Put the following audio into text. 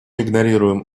игнорируем